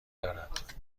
دارد